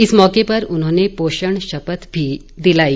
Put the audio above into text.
इस मौके पर उन्होंने पोषण शपथ भी दिलाई